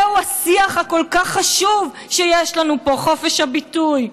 זהו השיח הכל-כך חשוב שיש לנו פה, חופש הביטוי.